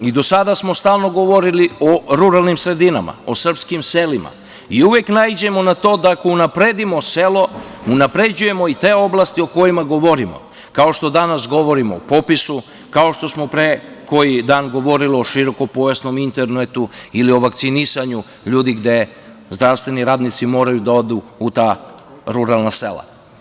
Do sada smo stalno govorili o ruralnim sredinama, o srpskim selima i uvek naiđemo na to da ako unapredimo selo, unapređujemo i te oblasti o kojima govorimo, kao što danas govorimo o popisu, kao što smo pre neki dan govorili o širokopojasnom internetu ili o vakcinisanju ljudi gde zdravstveni radnici moraju da odu u ta ruralna sela.